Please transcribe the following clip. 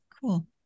cool